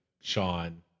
Sean